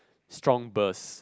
strong burst